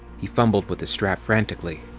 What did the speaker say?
he fumbled with the strap frantically.